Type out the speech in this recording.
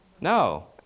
No